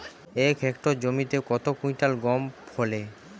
এক হেক্টর জমিতে কত কুইন্টাল গম ফলে?